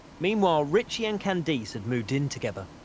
meanwhile, ritchie and candice had moved in together.